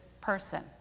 person